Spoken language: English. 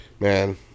Man